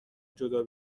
جدا